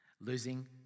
losing